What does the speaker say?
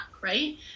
Right